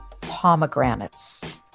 pomegranates